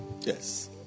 Yes